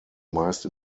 meist